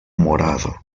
morado